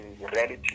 reality